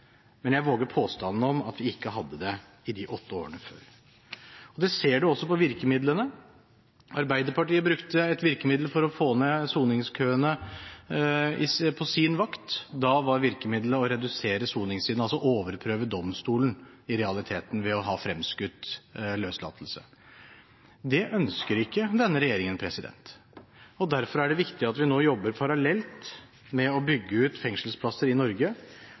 men jeg våger påstanden om at vi ikke hadde det i de åtte årene før. Det ser vi også på virkemidlene. Arbeiderpartiet brukte et virkemiddel for å få ned soningskøene på sin vakt. Da var virkemiddelet å redusere soningstiden, altså i realiteten overprøve domstolen, ved å ha fremskutt løslatelse. Det ønsker ikke denne regjeringen. Derfor er det viktig at vi nå jobber parallelt med å bygge ut fengselsplasser i Norge,